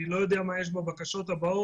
אני לא יודע מה יש בבקשות הבאות,